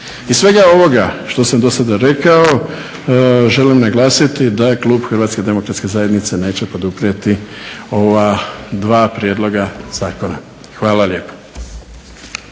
Iz svega ovoga što sam do sada rekao želim naglasiti da klub Hrvatske demokratske zajednice neće poduprijeti ova dva prijedloga zakona. Hvala lijepo.